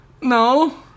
No